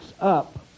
up